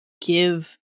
give